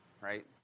right